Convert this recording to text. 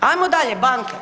Hajmo dalje banke.